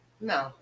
no